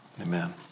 amen